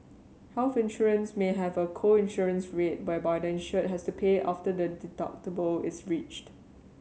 health insurance may have a co insurance rate whereby the insured has to pay after the deductible is reached